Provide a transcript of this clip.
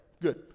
good